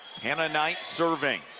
hannah knight serving